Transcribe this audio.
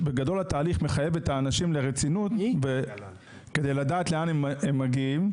בגדול התהליך מחייב את האנשים לרצינות כדי לדעת לאן הם מגיעים.